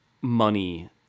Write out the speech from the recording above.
money